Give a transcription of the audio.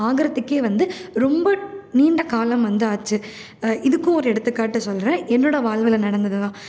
ஆகறதுக்கே வந்து ரொம்ப நீண்ட காலம் வந்து ஆச்சு இதுக்கும் ஒரு எடுத்துக்காட்டு சொல்கிறேன் என்னோடய வாழ்வில் நடந்ததுதான்